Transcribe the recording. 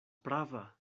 prava